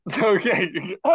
Okay